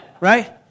right